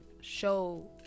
show